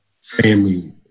family